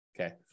Okay